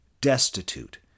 destitute